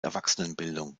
erwachsenenbildung